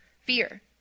Fear